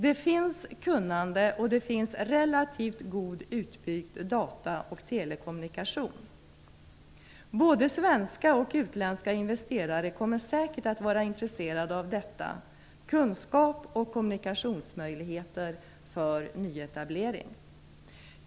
Det finns kunnande och det finns relativt väl utbyggd data och telekommunikation. Både svenska och utländska investerare kommer säkert att vara intresserade av detta - kunskap och kommunikationsmöjligheter - för nyetablering.